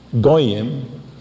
Goyim